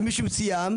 על מישהו מסוים,